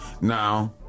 Now